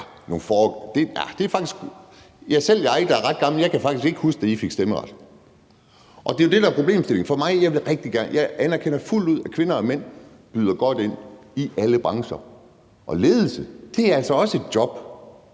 selv jeg, der er ret gammel, kan faktisk ikke huske, da I fik stemmeret. Og det er jo det, der er problemstillingen for mig. Jeg anerkender fuldt ud, at kvinder og mænd byder godt ind i alle brancher, og ledelse er altså også et job.